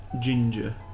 Ginger